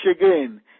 again